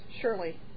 surely